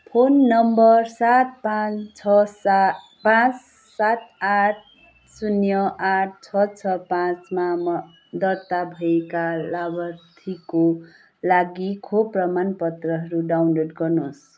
phone number सात पाँच छ सात पाँच सात आठ शून्य आठ छ छ पाँचमा दर्ता भएका लाभार्थीको लागि खोप प्रमाणपत्रहरू डाउनलोड गर्नुहोस्